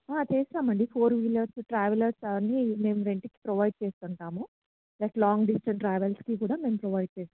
చేస్తాం అండి four wheelers travellers అవన్నీ మేము రెంట్కి ప్రొవైడ్ చేస్తుంటాము ప్లస్ లాంగ్ డిస్టెన్స్ ట్రావెల్స్కి కూడా మేము ప్రొవైడ్ చేస్తాము